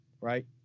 Right